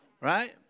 right